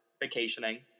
vacationing